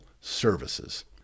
services